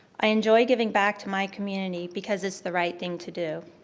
i enjoy giving back to my community, because it's the right thing to do.